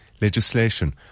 legislation